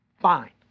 Fine